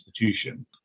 institution